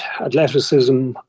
athleticism